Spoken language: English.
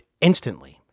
instantly